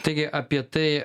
taigi apie tai